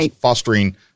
fostering